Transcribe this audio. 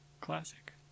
Classic